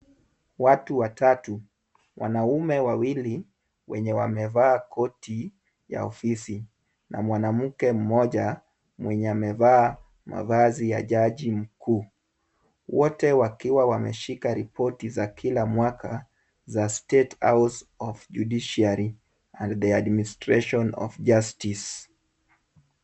Watu watatu ,wanaume wawili wenye wamevaa koti ya ofisi na mwanamke mmoja ambaye amevaa mavazi ya jaji mkuu . Wote wakiwa wameshika ripoti ya kila mwaka ya state house of Judiciary the Administration of Justice .